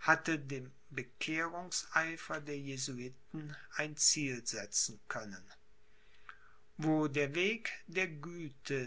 hatte dem bekehrungseifer der jesuiten ein ziel setzen können wo der weg der güte